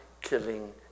killing